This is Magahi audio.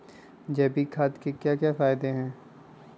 जैविक खाद के क्या क्या फायदे हैं?